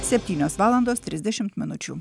septynios valandos trisdešimt minučių